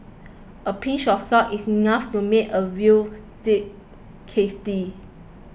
a pinch of salt is enough to make a veal day tasty